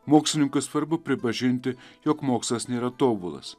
mokslininkui svarbu pripažinti jog mokslas nėra tobulas